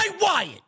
Wyatt